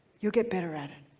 you'll get better at it.